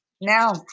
Now